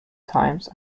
times